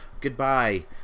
goodbye